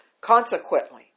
Consequently